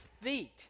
feet